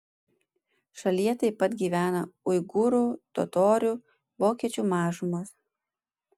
šalyje taip pat gyvena uigūrų totorių vokiečių mažumos